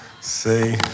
See